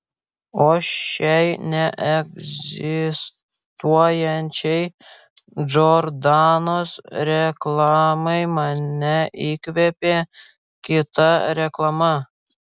o šiai neegzistuojančiai džordanos reklamai mane įkvėpė kita reklama